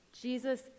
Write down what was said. Jesus